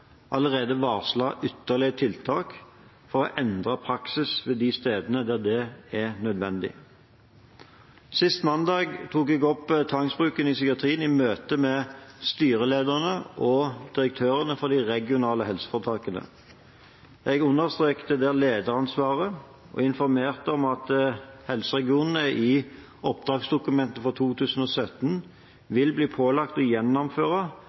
allerede varslet ytterligere tiltak for å endre praksis ved de stedene der det er nødvendig. Sist mandag tok jeg opp tvangsbruk i psykiatrien i møtet med styrelederne og direktørene for de regionale helseforetakene. Jeg understreket lederansvaret og informerte om at helseregionene i oppdragsdokumentet for 2017 vil bli pålagt å gjennomføre